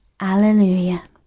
Alleluia